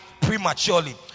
prematurely